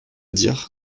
dire